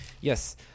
Yes